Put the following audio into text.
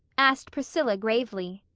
asked priscilla gravely.